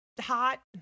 hot